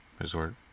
resort